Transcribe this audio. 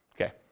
Okay